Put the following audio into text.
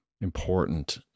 important